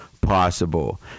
possible